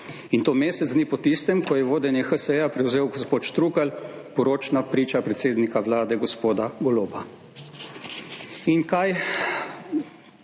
in to mesec dni po tistem, ko je vodenje HSE prevzel gospod Štrukelj, poročna priča predsednika Vlade, gospoda Goloba. Moram